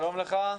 שלום לך.